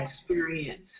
experience